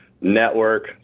network